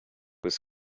was